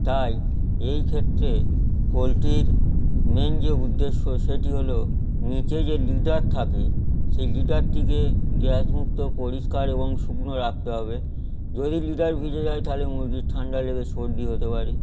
তাই এই ক্ষেত্রে পোলট্রির মেন যে উদ্দেশ্য সেটি হল নিচে যে লিডার থাকে সেই লিডারটিকে গ্যাস মুক্ত পরিষ্কার এবং শুকনো রাখতে হবে যদি লিডার ভিজে যায় তাহলে মুরগির ঠাণ্ডা লেগে সর্দি হতে পারে